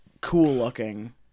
cool-looking